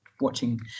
watching